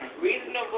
Reasonable